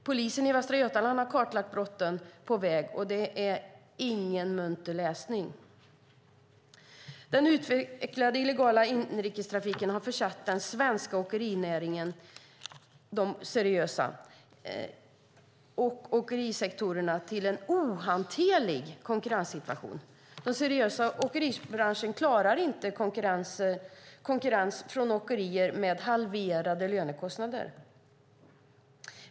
Polisen i Västra Götaland har kartlagt brotten på väg, och det är ingen munter läsning. Den utvecklade illegala inrikestrafiken har försatt den seriösa svenska åkerinäringen i en ohanterlig konkurrenssituation. Den seriösa åkeribranschen klarar inte konkurrens från åkerier med halverade lönekostnader.